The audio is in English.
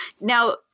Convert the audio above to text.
Now